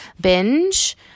binge